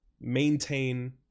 maintain